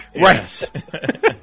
Right